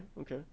okay